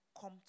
come